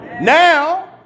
Now